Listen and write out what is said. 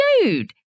dude